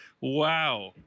Wow